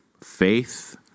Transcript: faith